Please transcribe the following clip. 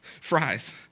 fries